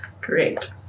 great